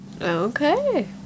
Okay